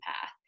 path